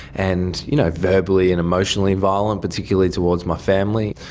and you know verbally and emotionally violent, particularly towards my family.